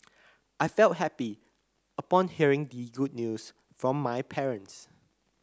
I felt happy upon hearing the good news from my parents